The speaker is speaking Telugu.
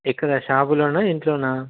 ఎక్కడ షాపులోనా ఇంట్లోనా